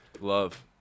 love